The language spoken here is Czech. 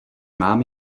mám